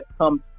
come